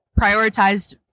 prioritized